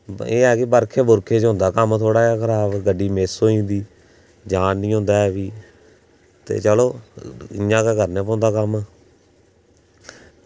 एह् ऐ की बर्खै च होई जंदा कम्म थोह्ड़ा खराब गड्डी मिस होई जंदी जान निं होंदा ऐ भी ते चलो इंया गै करना पौंदा ऐ कम्म